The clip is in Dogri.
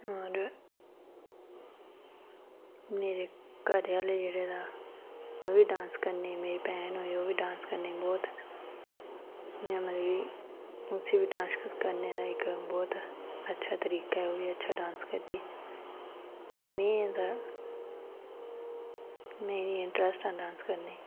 और मेरे घरे आह्ले ओह् बी डांस करने गी मेरी भैन होई ओह् बी डांस करने गी और इयां उसी बी डांस करने दा इक अच्छा तरीका ऐ ओह् बी इच्छा डांस करदी ऐ में तां में बी इंट्रस्ट ऐ डांस करने गी